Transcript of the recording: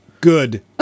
Good